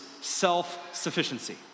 self-sufficiency